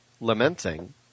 lamenting